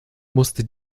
musste